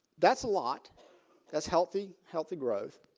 that's a lot that's healthy healthy growth